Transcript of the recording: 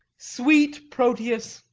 sweet proteus,